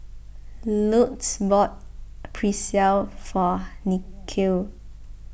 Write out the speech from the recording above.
Luz bought Pretzel for Nikhil